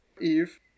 Eve